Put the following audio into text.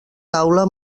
taula